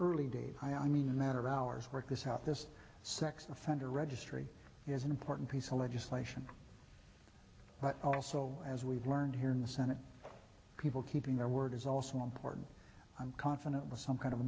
early days i mean matter of hours worked this out this sex offender registry is an important piece of legislation but also as we've learned here in the senate people keeping their word is also important i'm confident with some kind of